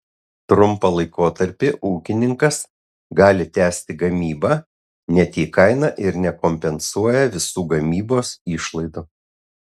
trumpą laikotarpį ūkininkas gali tęsti gamybą net jei kaina ir nekompensuoja visų gamybos išlaidų